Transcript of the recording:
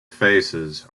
faces